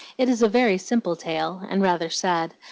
it is a very simple tale, and rather sad,